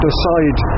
decide